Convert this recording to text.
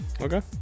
Okay